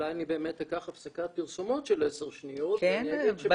אולי אני באמת אקח הפסקת פרסומות של עשר שניות ואני אגיד ש --- כן,